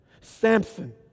Samson